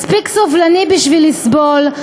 מספיק סבלני בשביל לסבול,